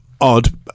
odd